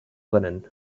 linen